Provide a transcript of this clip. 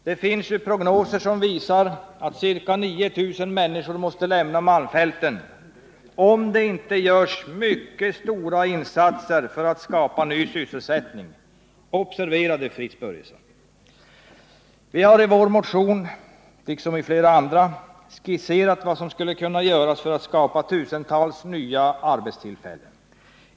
Det finns prognoser som visar att ca 9 000 människor måste lämna malmfälten under de närmaste åren, om det inte görs mycket stora insatser för att skapa ny sysselsättning. Observera det, Fritz Börjesson! Vi har i motionen 2172, liksom i flera andra, skisserat vad som skulle kunna göras för att skapa tusentals nya arbetstillfällen.